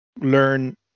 learn